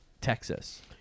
Texas